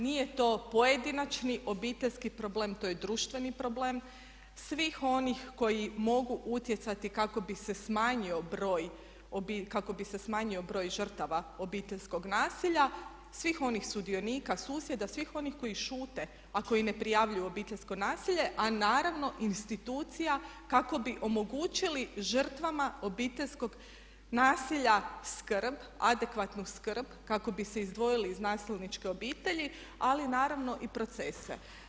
Nije to pojedinačni obiteljski problem, to je društveni problem svih onih koji mogu utjecati kako bi se smanjio broj žrtava obiteljskog nasilja, svih onih sudionika, susjeda, svih onih koji šute a koji ne prijavljuju obiteljsko nasilje a naravno i institucija kako bi omogućili žrtvama obiteljsko nasilja skrb, adekvatnu skrb kako bi se izdvojili iz nasilničke obitelji ali naravno i procese.